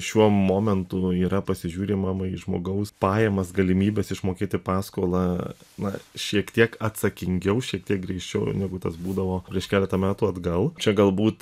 šiuo momentu yra pasižiūrimama į žmogaus pajamas galimybes išmokėti paskolą na šiek tiek atsakingiau šiek tiek griežčiau negu tas būdavo prieš keletą metų atgal čia galbūt